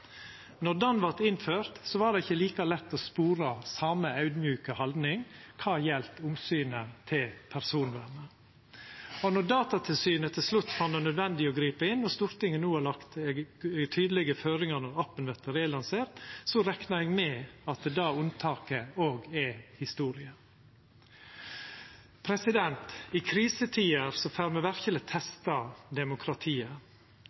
Når han vart innført, var det ikkje like lett å spora same audmjuke haldning kva gjaldt omsynet til personvernet. Når Datatilsynet til slutt fann det nødvendig å gripa inn og Stortinget no har lagt tydelege føringar for appen når han vert relansert, reknar eg med at det unntaket òg er historie. I krisetider får me verkeleg